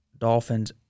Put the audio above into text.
Dolphins